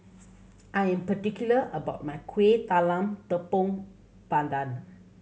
I am particular about my Kueh Talam Tepong Pandan